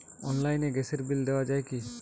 অনলাইনে গ্যাসের বিল দেওয়া যায় কি?